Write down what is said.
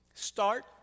Start